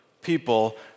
people